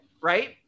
right